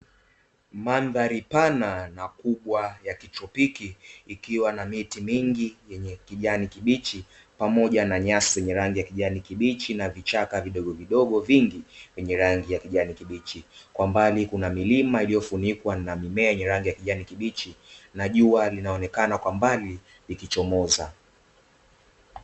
Madhali pana na kubwa ya kichupiki ikiwa na miti mingi yenye kijani kibichi pamoja na nyasi yenye rangi ya kijani kibichi, na vichaka vidogo vidogo vingi, vyenye rangi ya kijani kibichi kwa mbali kuna milima ilio funikwa na rangi ya kijani kibichi na jua linaonekana kwa mbali likichomoza.